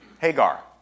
Hagar